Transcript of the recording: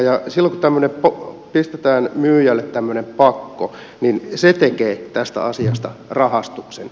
silloin kun pistetään myyjälle tämmöinen pakko niin se tekee tästä asiasta rahastuksen